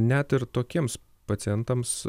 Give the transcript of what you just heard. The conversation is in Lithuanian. net ir tokiems pacientams